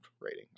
rating